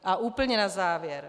A úplně na závěr.